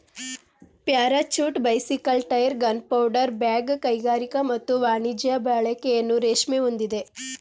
parachute bicycle tyre gunpowder bag ಕೈಗಾರಿಕಾ ಮತ್ತು ವಾಣಿಜ್ಯ ಬಳಕೆಯನ್ನು ರೇಷ್ಮೆ ಹೊಂದಿದೆ